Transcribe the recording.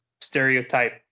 stereotype